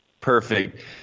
Perfect